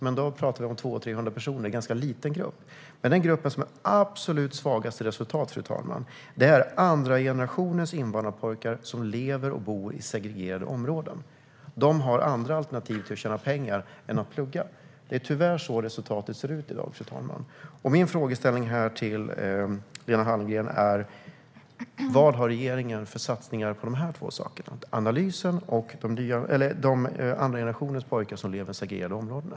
Men då talar vi om 200-300 personer, så det är en ganska liten grupp. Den grupp som har de absolut svagaste resultaten är andra generationens invandrarpojkar som lever och bor i segregerade områden. De har andra alternativ för att tjäna pengar än att plugga. Det är tyvärr så resultatet ser ut i dag, fru talman. Min frågeställning till Lena Hallengren är: Vad har regeringen för satsningar på dessa två saker, det vill säga analysen och andra generationens invandrarpojkar som lever i de segregerade områdena?